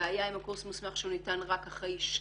הבעיה עם הקורס מוסמך שהוא ניתן רק אחרי שנה.